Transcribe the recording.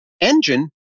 engine